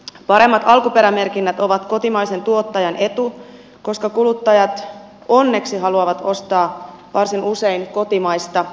paremmat alkuperämerkinnät ovat kotimaisen tuottajan etu koska kuluttajat onneksi haluavat varsin usein ostaa kotimaista